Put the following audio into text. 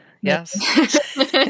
yes